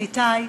ניתאי,